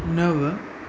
नव